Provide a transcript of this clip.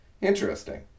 Interesting